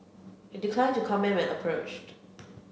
he declined to comment when approached